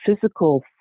physical